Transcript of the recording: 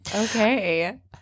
Okay